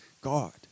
God